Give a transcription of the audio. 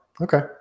Okay